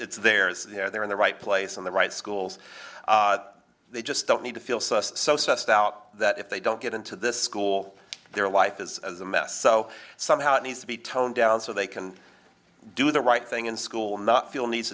it's there it's there in the right place in the right schools they just don't need to feel sussed so stressed out that if they don't get into this school their life is as a mess so somehow it needs to be toned down so they can do the right thing in school not feel need